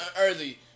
early